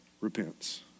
repents